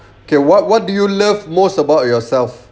okay what what do you love most about yourself